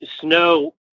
snow